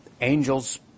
angels